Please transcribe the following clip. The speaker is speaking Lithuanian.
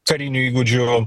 karinių įgūdžių